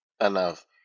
enough